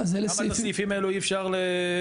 למה את הסעיפים האלו אי אפשר להחיל?